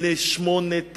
בני שמונה,